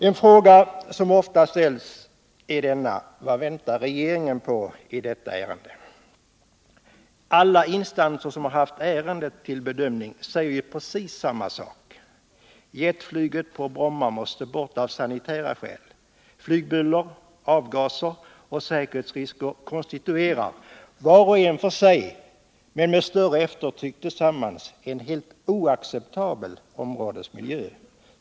En fråga som ofta ställs är denna: Vad väntar regeringen på i detta ärende? Alla instanser som haft det till bedömning säger ju precis samma sak: Jetflyget på Bromma måste bort av sanitära skäl! Flygbuller, avgaser och säkerhetsrisker konstituerar — vart och ett för sig men med större eftertryck tillsammans — en helt oacceptabel områdesmiljö.